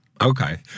Okay